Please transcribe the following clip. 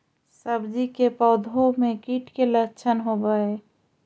सब्जी के पौधो मे कीट के लच्छन होबहय?